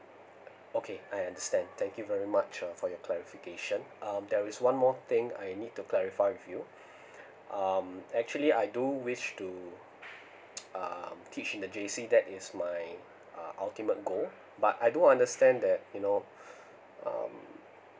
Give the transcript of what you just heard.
okay I understand thank you very much uh for your clarification um there is one more thing I need to clarify with you um actually I do wish to um teach in the J C that is my uh ultimate goal but I do understand that you know um